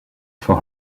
for